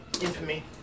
infamy